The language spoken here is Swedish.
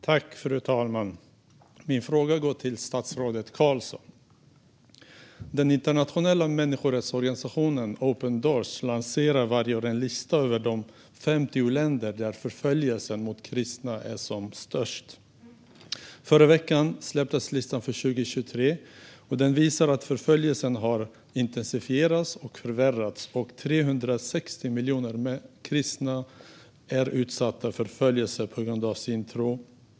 Fru talman! Min fråga går till statsrådet Carlson. Den internationella människorättsorganisationen Open Doors presenterar varje år en lista över de 50 länder där förföljelsen av kristna är som störst. Förra veckan släpptes årets lista, och den visar att förföljelsen har intensifierats och förvärrats och att 360 miljoner kristna är utsatta för förföljelse på grund av sin tro.